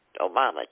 Obama